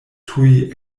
tuj